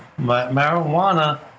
marijuana